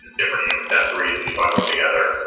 different, you know, accessories and you bundle em together,